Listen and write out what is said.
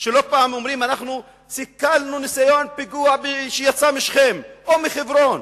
שלא פעם אומרים: אנחנו סיכלנו ניסיון פיגוע שיצא משכם או מחברון,